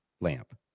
lamp